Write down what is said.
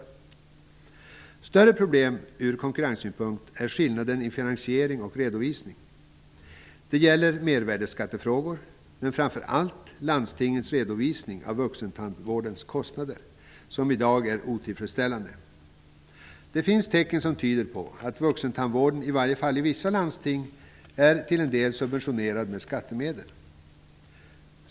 Ett större problem ur konkurrenssynpunkt är skillnader vad beträffar finansiering och redovisning. Det gäller mervärdesskattefrågor men framför allt landstingets redovisning av vuxentandvårdens kostnader, vilken i dag är otillfredsställande. Det finns tecken som tyder på att vuxentandvården i varje fall i vissa landsting till en del är subventionerad med skattemedel.